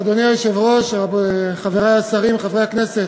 אדוני היושב-ראש, חברי השרים, חברי הכנסת,